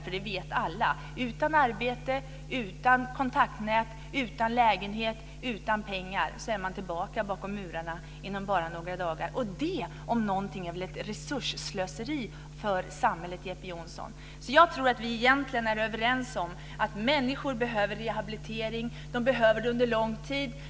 Alla vet nämligen att dessa människor utan arbete, utan kontaktnät, utan lägenhet och utan pengar är tillbaka bakom murarna inom bara några dagar. Och det om någonting är väl ett resursslöseri för samhället, Jeppe Johnsson? Jag tror att vi egentligen är överens om att människor behöver rehabilitering och att de behöver det under lång tid.